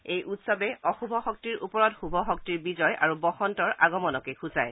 এই উৎসৱে অশুভ শক্তিৰ ওপৰত শুভ শক্তিৰ বিজয় আৰু বসন্তৰ আগমনকে সূচায়